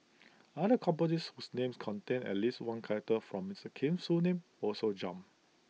other companies whose names contained at least one character from Mister Kim's full name also jumped